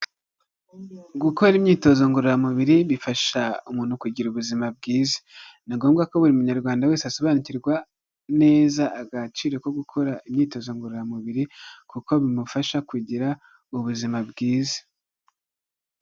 Gukora imyitozo ngororamubiri bifasha umuntu kugira ubuzima bwiza, ni ngombwa ko buri munyarwanda wese asobanukirwa neza agaciro ko gukora imyitozo ngororamubiri kuko bimufasha kugira ubuzima bwiza.